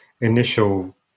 initial